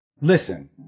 Listen